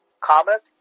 comment